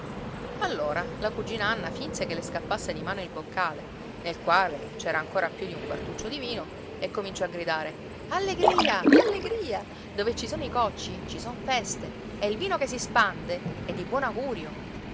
allora la cugina anna finse che le scappasse di mano il boccale nel quale c'era ancora più di un quartuccio di vino e cominciò a gridare allegria allegria dove ci sono i cocci ci son feste e il vino che si spande è di buon augurio